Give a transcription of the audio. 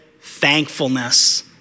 thankfulness